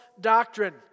doctrine